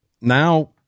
now